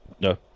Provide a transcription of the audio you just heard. no